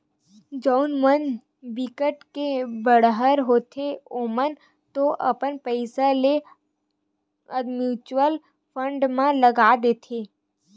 जउन मन बिकट के बड़हर होथे ओमन तो अपन पइसा ल म्युचुअल फंड म लगा देथे